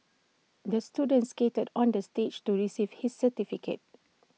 the student skated on the stage to receive his certificate